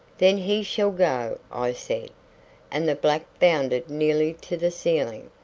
then he shall go, i said and the black bounded nearly to the ceiling,